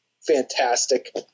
fantastic